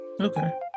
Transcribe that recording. Okay